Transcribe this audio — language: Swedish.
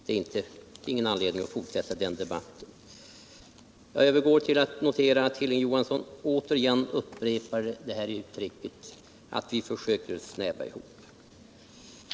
Det finns ingen anledning att fortsätta den debatten. Jag övergår till att notera att Hilding Johansson återigen upprepar uttrycket att vi försöker göra ramarna snävare.